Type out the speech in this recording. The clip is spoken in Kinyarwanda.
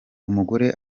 umugore